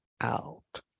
out